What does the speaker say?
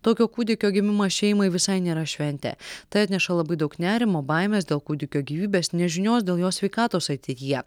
tokio kūdikio gimimas šeimai visai nėra šventė tai atneša labai daug nerimo baimės dėl kūdikio gyvybės nežinios dėl jo sveikatos ateityje